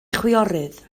chwiorydd